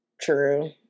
True